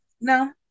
no